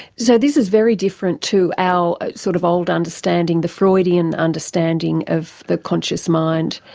so this is very different to our sort of old understanding, the freudian understanding of the conscious mind.